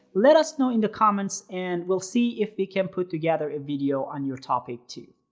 let us know in the comments, and we'll see if we can put together a video on your topic too!